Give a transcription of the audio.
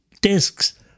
discs